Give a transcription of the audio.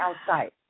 outside